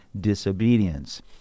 disobedience